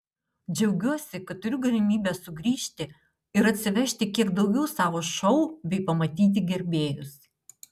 džiaugiuosi kad turiu galimybę sugrįžti ir atsivežti kiek daugiau savo šou bei pamatyti gerbėjus